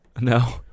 No